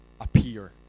appear